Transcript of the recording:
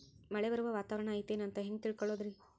ಮಳೆ ಬರುವ ವಾತಾವರಣ ಐತೇನು ಅಂತ ಹೆಂಗ್ ತಿಳುಕೊಳ್ಳೋದು ರಿ?